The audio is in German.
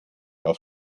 auf